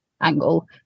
angle